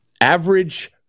average